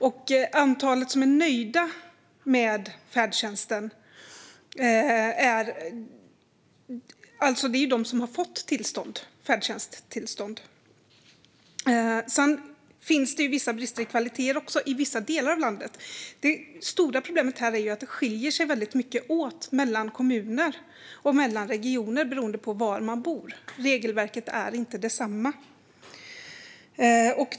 De som är nöjda med färdtjänsten är ju de som har fått färdtjänsttillstånd. Sedan finns det brister i kvaliteten i vissa delar av landet. Det stora problemet är att det skiljer sig väldigt mycket mellan olika kommuner och regioner. Regelverket är inte detsamma oberoende av var man bor.